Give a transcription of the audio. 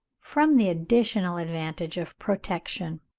from the additional advantage of protection.